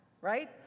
right